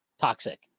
toxic